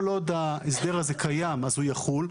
כל עוד ההסדר הזה קיים, הוא יחול.